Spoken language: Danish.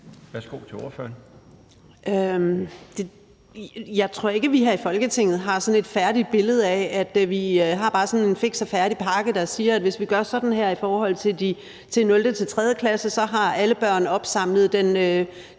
Normann Andersen (SF): Jeg tror ikke, vi her i Folketinget har et færdigt billede af, at vi bare har sådan en fiks og færdig pakke, der siger, at hvis vi gør sådan her i forhold til 0.-3. klasse, har alle børn opsamlet det